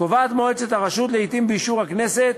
קובעת מועצת הרשות, לעתים באישור הכנסת,